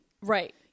Right